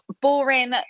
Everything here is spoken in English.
boring